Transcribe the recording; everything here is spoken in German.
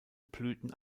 blüten